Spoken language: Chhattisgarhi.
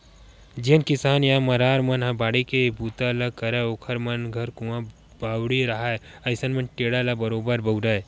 जेन किसान या मरार मन ह बाड़ी के बूता ल करय ओखर मन घर कुँआ बावली रहाय अइसन म टेंड़ा ल बरोबर बउरय